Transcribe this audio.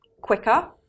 quicker